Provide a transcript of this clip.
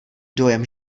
dojem